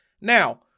Now